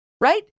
right